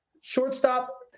Shortstop